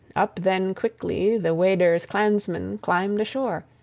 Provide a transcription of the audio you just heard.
up then quickly the weders' clansmen climbed ashore,